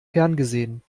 ferngesehen